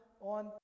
on